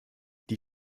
die